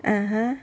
(uh huh)